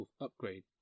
Upgrade